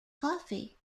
coffee